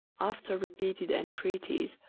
after repeated entreaties,